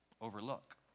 overlook